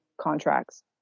contracts